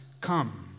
come